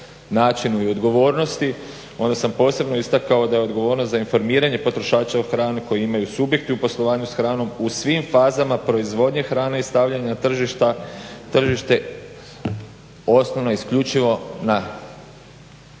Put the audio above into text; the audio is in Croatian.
načinu i odgovornosti onda sam posebno istakao da je odgovornost za informiranje potrošača o hrani koju imaju subjekti u poslovanju s hranom u svim fazama proizvodnje hrane i stavljanja na tržište osnovno isključivo na